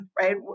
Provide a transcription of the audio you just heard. right